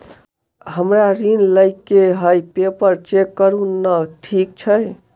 हमरा ऋण लई केँ हय पेपर चेक करू नै ठीक छई?